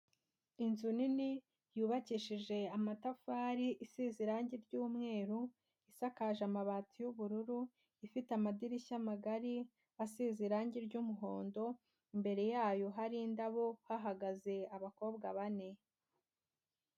Inzu nini yubakishije amatafari isize irangi ry'umweru, isakaje amabati y'ubururu, ifite amadirishya magari asize irangi ry'umuhondo, imbere yayo hari indabo, hahagaze abakobwa bane.